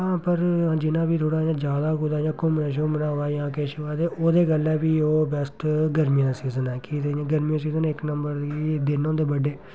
हां पर जिन्ना बी थोह्ड़ा इ'यां जा दा कुदै घूमने शूमने होऐ जां किश होऐ ते ओह्दे कन्नै फ्ही ओह् बैस्ट गर्मियें दा सीजन ऐ कि गर्मियें दा सीजन इक नंबर एह् दिन होंदे बड्डे